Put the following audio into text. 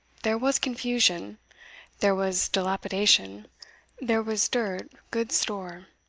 there was confusion there was dilapidation there was dirt good store.